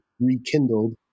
rekindled